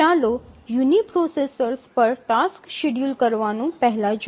ચાલો યુનિપ્રોસેસર્સ પર task schedule કરવાનું પહેલા જોઈએ